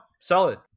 solid